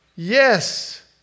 Yes